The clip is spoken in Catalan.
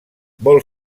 vol